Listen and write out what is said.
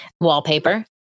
wallpaper